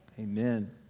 Amen